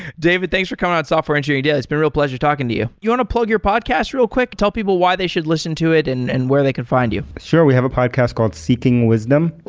david, thanks for coming on software engineering daily. it's been a real pleasure talking to you. you want to plug your podcast real quick? tell people why they should listen to it and and where they can find you sure. we have a podcast called seeking wisdom.